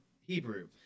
Hebrew